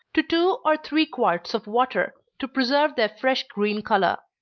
to two or three quarts of water, to preserve their fresh green color.